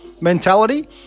mentality